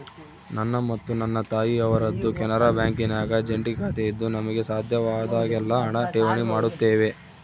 ನನ್ನ ಮತ್ತು ನನ್ನ ತಾಯಿಯವರದ್ದು ಕೆನರಾ ಬ್ಯಾಂಕಿನಾಗ ಜಂಟಿ ಖಾತೆಯಿದ್ದು ನಮಗೆ ಸಾಧ್ಯವಾದಾಗೆಲ್ಲ ಹಣ ಠೇವಣಿ ಮಾಡುತ್ತೇವೆ